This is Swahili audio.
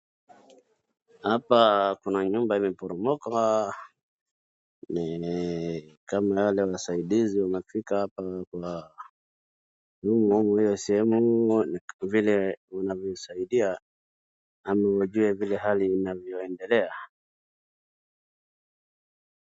Hapa kuna nyumba imeporomoka ni kama wale wasaidizi wamefika hapa kwa sehemu huo na kwa vile wanavyo saidia ama wajue vile hali inavyoendelea.